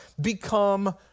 become